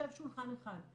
עכשיו שולחן אחד,